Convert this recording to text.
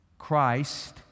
Christ